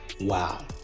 Wow